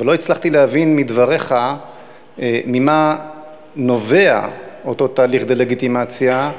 אבל לא הצלחתי להבין מדבריך ממה נובע אותו תהליך דה-לגיטימציה,